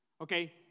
Okay